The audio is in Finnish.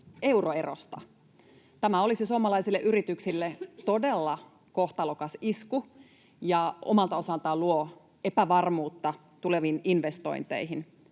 euroerosta. Tämä olisi suomalaisille yrityksille todella kohtalokas isku ja omalta osaltaan luo epävarmuutta tuleviin investointeihin.